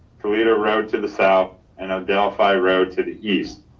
toledo road to the south and a delphi road to the east.